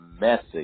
message